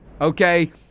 okay